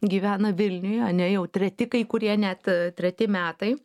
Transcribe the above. gyvena vilniuje ane jau treti kai kurie net treti metai